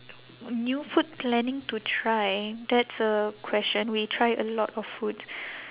new food planning to try that's a question we try a lot of food